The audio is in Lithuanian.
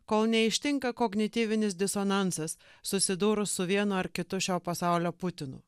kol neištinka kognityvinis disonansas susidūrus su vienu ar kitu šio pasaulio putinu